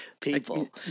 people